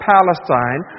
Palestine